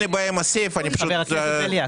חבר הכנסת בליאק,